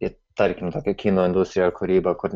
į tarkim tokią kino industriją ar kūrybą kur